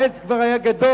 העץ כבר היה גדול,